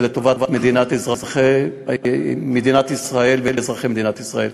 זה לטובת מדינת ישראל ואזרחי מדינת ישראל.